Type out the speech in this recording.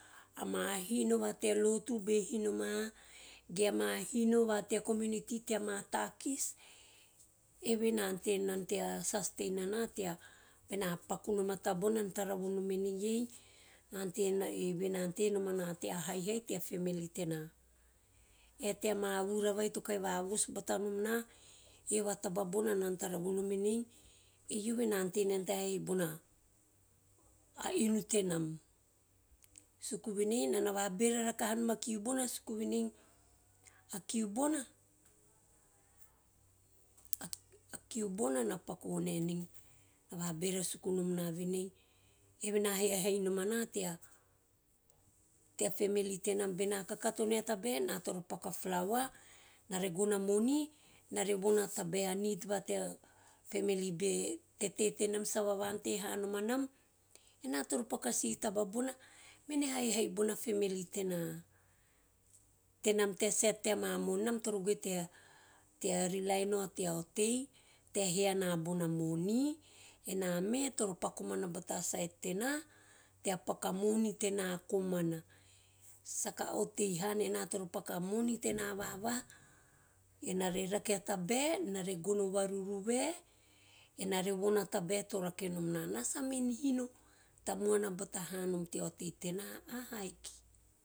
Ama hino va tealotu be hino ma, ge a hino va tea community teama takis eve na ante nan te sustain ana tea bena pakunom a tabaa bona ena na tava vonom enei eve na ante nom ana tea haihai tea family tena, ae teama vura ai to kahi vavos batanom na eve a taba bona enana tara vonom enei evoe na ante nana tea haihai nona, a inu temam. Suku venei enana vabera rakanom a kiu bona si kiu venei. A kiu bona na paku vonae enei na vabera suku nom na venei ave na haihai nom ana tea - family tenam. Bena kakato nea tabae ena toro paku flawa ena re gono a moni ena re von a tabae a nid ta va tea family ba tete tenam sa vava`ante hanom anam, ena toro paku a si taba bona mene haihai bona family. Temam tea sa`et tea mamo`on enam toro goe tea relai nao tea otei tea he ana bona moni tena komana soka otei hana ena toro paku a moni tena vavaha ena re rake a tabae ena ve gono va ruruva ena re von a tabae to rake nom na, ena toro gue tea hino tamuana bata hanom tea otei tena ahaiki.